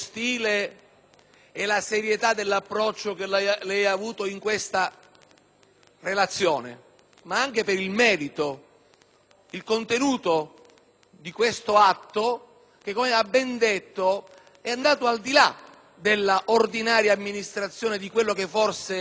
relazione, ma anche per il merito, il contenuto di questo atto che, come ha ben detto, è andato al di là della ordinaria amministrazione di quello che forse questo atto le imponeva. Ho ritrovato